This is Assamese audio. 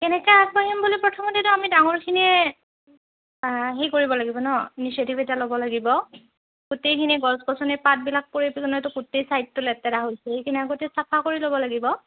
কেনেকৈ আগবাঢ়িম বুলি প্ৰথমতেতো আমি ডাঙৰখিনিয়ে সেই কৰিব লাগিব ন ইনিচিয়েটিভ এটা ল'ব লাগিব গোটেইখিনি গছ গছনি পাতবিলাক পৰি পিনেতো গোটেই ছাইডটো লেতেৰা হৈছে সেইখিনি আগতে চাফা কৰি ল'ব লাগিব